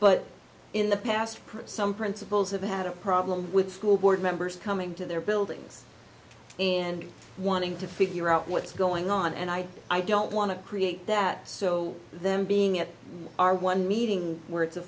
but in the past some principles have had a problem with school board members coming to their buildings and wanting to figure out what's going on and i i don't want to create that so them being at our one meeting where it's a